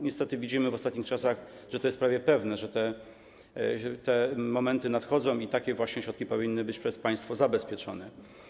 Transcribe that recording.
Niestety widzimy w ostatnich czasach, że to jest prawie pewne, że te momenty nadchodzą i takie właśnie środki powinny być przez państwo zabezpieczone.